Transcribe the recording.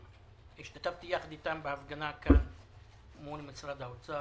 השתתפתי יחד אתם בהפגנה כאן מול משרד האוצר,